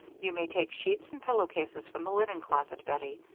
you may take sheets and pillow-cases from the linen closet, bettie,